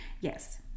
yes